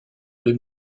deux